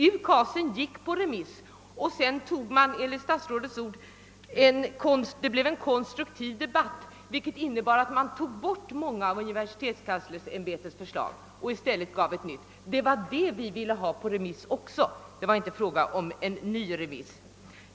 UKAS sändes ut på remiss, varpå det enligt vad statsrådet sade blev en konstruktiv debatt, som medförde att man framlade ett nytt förslag. Det är det sista nya förslaget som vi också ville ha på remiss. Det var alltså inte fråga om någon »extra» remiss.